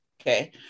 Okay